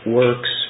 works